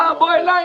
בא אליי,